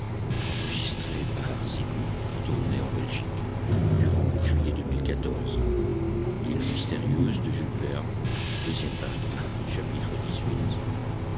of l'île mystérieuse by